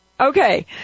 Okay